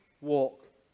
walk